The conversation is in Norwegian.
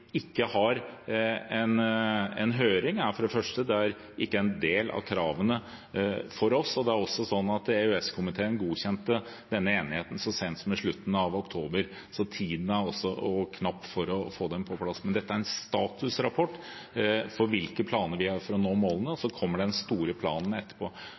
ikke har en høring, er for det første at det ikke er en del av kravene til oss. Det er også sånn at EØS-komiteen godkjente denne enigheten så sent som i slutten av oktober, så tiden er knapp for å få den på plass. Men dette er en statusrapport for hvilke planer vi har for å nå målene. Og så kommer den store planen etterpå.